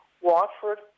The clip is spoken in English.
Watford